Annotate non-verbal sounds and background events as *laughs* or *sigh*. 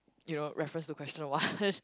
you know reference to question one *laughs*